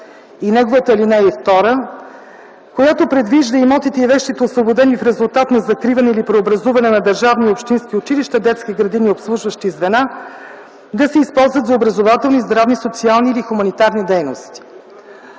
и неговата ал. 2, която предвижда имотите и вещите, освободени в резултат на закриване или преобразуване на държавни общински училища, детски градини, обслужващи звена да се използват за образователни, здравни, социални или хуманитарни дейности.